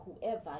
whoever